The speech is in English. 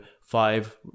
five